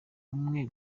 umwe